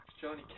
Johnny